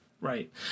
Right